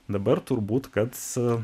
dabar turbūt kad su